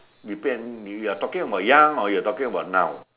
you plan you are talking about young or you are talking about now